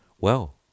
Well